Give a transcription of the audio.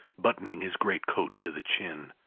buttoning his great-coat to the chin.